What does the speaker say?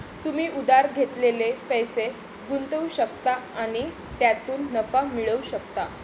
तुम्ही उधार घेतलेले पैसे गुंतवू शकता आणि त्यातून नफा मिळवू शकता